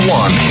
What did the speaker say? one